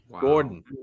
Gordon